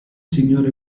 signore